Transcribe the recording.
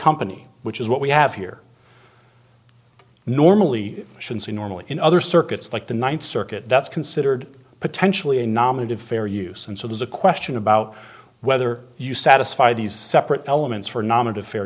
company which is what we have here normally should see normally in other circuits like the ninth circuit that's considered potentially a nominee to fair use and so there's a question about whether you satisfy these separate elements for naaman to fair